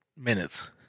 minutes